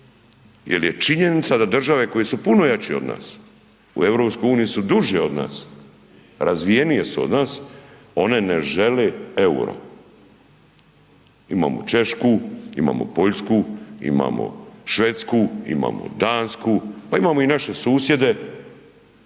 Jer je činjenica da države koje su puno jače od nas u EU su duže od nas, razvijenije su od nas, one ne žele EUR-o. Imamo Češku, imamo Poljsku, imamo Švedsku, imamo Dansku, pa imamo i naše susjede